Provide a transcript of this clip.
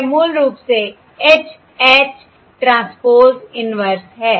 यह मूल रूप से H H ट्रांसपोज़ इन्वर्स है